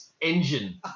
engine